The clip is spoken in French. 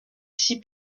six